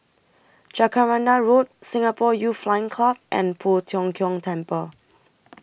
Jacaranda Road Singapore Youth Flying Club and Poh Tiong Kiong Temple